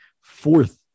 fourth